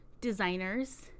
designers